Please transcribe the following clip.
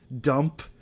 dump